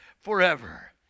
forever